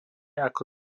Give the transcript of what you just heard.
ako